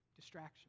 distraction